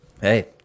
Hey